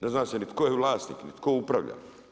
Ne zna se ni tko je vlasnik ni tko upravlja.